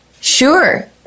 Sure